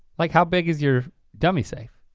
like how big is your dummy safe?